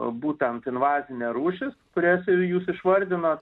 būtent invazinė rūšis kurias ir jūs išvardinot